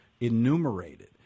enumerated